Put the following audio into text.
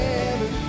heaven